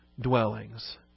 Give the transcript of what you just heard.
dwellings